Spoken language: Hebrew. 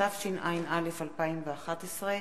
התשע"א 2011,